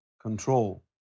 control